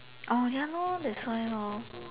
oh ya lor that's why lor